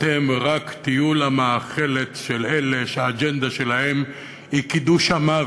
אתם רק תהיו למאכלת של אלה שהאג'נדה שלהם היא קידוש המוות.